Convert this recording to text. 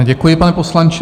Děkuji, pane poslanče.